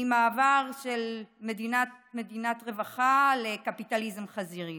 ממעבר של מדינת רווחה לקפיטליזם חזירי.